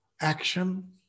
action